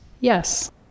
Yes